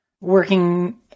working